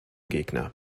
gegner